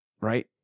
right